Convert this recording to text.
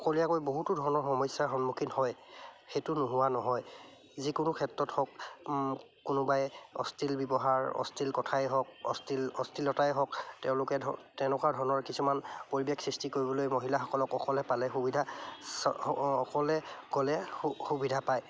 অকলশৰীয়াকৈ বহুতো ধৰণৰ সমস্যাৰ সন্মুখীন হয় সেইটো নোহোৱা নহয় যিকোনো ক্ষেত্ৰত হওক কোনোবাই অশ্লীল ব্যৱহাৰ অশ্লীল কথাই হওক অশ্লীল অশ্লীলতাই হওক তেওঁলোকে ধ তেনেকুৱা ধৰণৰ কিছুমান পৰিৱেশ সৃষ্টি কৰিবলৈ মহিলাসকলক অকলে পালে সুবিধা চ অকলে গ'লে সুবিধা পায়